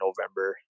November